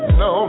no